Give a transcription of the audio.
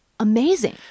Amazing